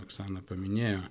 oksana paminėjo